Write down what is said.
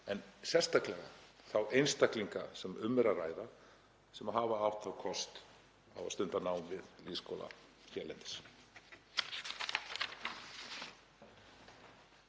en sérstaklega fyrir þá einstaklinga sem um er að ræða sem hafa átt kost á að stunda nám við lýðskóla hérlendis.